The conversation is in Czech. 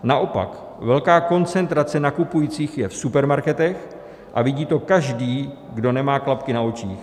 Naopak velká koncentrace nakupujících je v supermarketech a vidí to každý, kdo nemá klapky na očích.